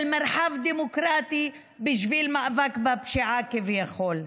של מרחב דמוקרטי, בשביל מאבק בפשיעה כביכול.